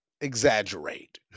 exaggerate